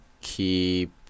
keep